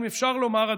אם אפשר לומר,